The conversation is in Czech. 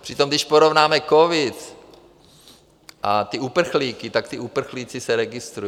Přitom když porovnáme covid a ty uprchlíky, tak ti uprchlíci se registrují.